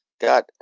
got